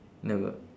never